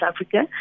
Africa